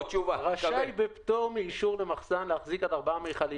רשאי להחזיק עד ארבעה מכלים.